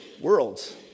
worlds